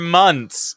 months